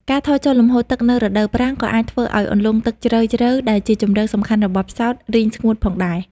ការថយចុះលំហូរទឹកនៅរដូវប្រាំងក៏អាចធ្វើឱ្យអន្លង់ទឹកជ្រៅៗដែលជាជម្រកសំខាន់របស់ផ្សោតរីងស្ងួតផងដែរ។